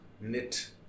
knit